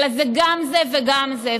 אלא זה גם זה וגם זה.